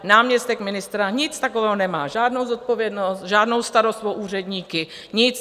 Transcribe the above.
Náměstek ministra nic takového nemá, žádnou zodpovědnost, žádnou starost o úředníky, nic.